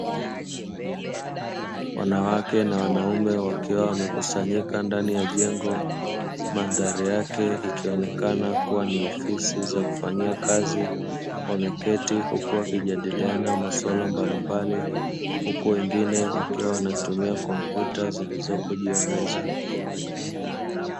Wanawake na wanaume wakiwa wamekusanyika ndani ya jengo, mandhari yake ikionekana kuwa ni ofisi za kufanyia kazi, wameketi huku wakijadiliana suala mbalimbali huku wengine wakiwa wanatumia kompyuta zilizopo juu ya meza.